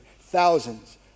Thousands